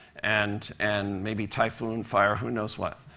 and and maybe typhoon, fire who knows what.